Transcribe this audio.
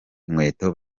inkweto